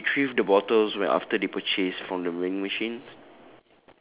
where they retrieve the bottles when after they purchase from the vending machine